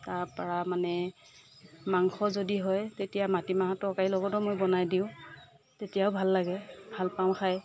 তাৰ পাৰা মানে মাংস যদি হয় তেতিয়া মাটিমাহৰ তৰকাৰীৰ লগতো মই বনাই দিওঁ তেতিয়াও ভাল লাগে ভাল পাওঁ খায়